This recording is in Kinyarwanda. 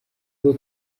uwo